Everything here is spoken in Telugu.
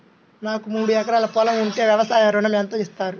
నాకు మూడు ఎకరాలు పొలం ఉంటే వ్యవసాయ ఋణం ఎంత ఇస్తారు?